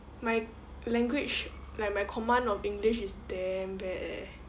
my language like my command of english is damn bad eh